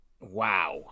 Wow